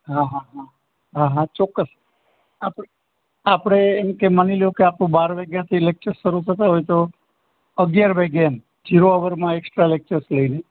હા હા હા હા હા ચોક્કસ આપણે આપણે એમ કે માની લ્યો કે આપણું બાર વાગ્યાથી લેક્ચર્સ શરૂ થતાં હોય તો અગિયાર વાગે એમ ઝીરો અવરમાં એકસ્ટ્રા લેક્ચર્સ લઈને